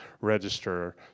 register